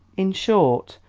in short,